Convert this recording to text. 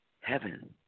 heaven